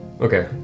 Okay